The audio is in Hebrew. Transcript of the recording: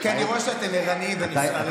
כי אני רואה שאתם ערניים ונסערים.